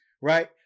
Right